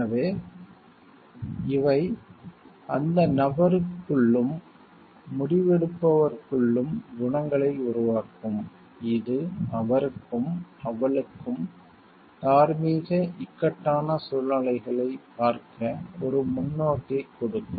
எனவே இவை அந்த நபருக்குள்ளும் முடிவெடுப்பவருக்குள்ளும் குணங்களை உருவாக்கும் இது அவருக்கும் அவளுக்கும் தார்மீக இக்கட்டான சூழ்நிலைகளைப் பார்க்க ஒரு முன்னோக்கைக் கொடுக்கும்